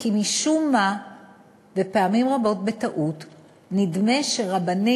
כי משום מה פעמים רבות בטעות נדמה שרבני